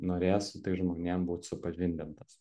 norės su tais žmonėm būt supažindintas